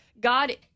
God